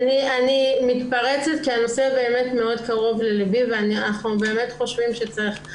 אני מתפרצת כי הנושא באמת מאוד קרוב ללבי ואנחנו באמת חושבים שצריך,